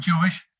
Jewish